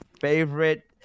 favorite